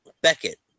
Beckett